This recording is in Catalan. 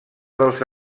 dels